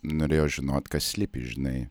norėjau žinot kas slypi žinai